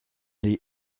the